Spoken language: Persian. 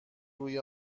روی